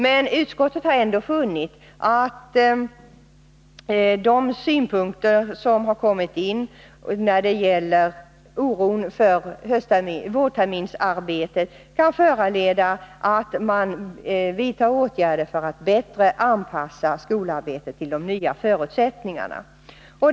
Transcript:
Men utskottet har ändå funnit att den oro som har kommit till uttryck för vårterminens arbete kan föranleda åtgärder för att bättre anpassa skolarbetet till de nya förutsättningarna.